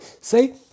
Say